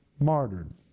martyred